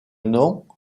nom